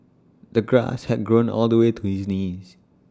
the grass had grown all the way to his knees